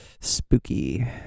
spooky